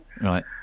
Right